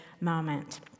moment